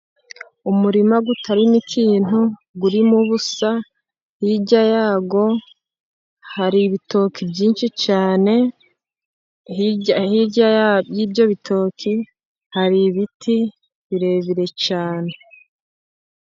Umurima utarimo ikintu urimo ubusa hirya yawo hari ibitoki byinshi cyane, hirya hirya y'ibyo bitoki hari ibiti birebire cyane.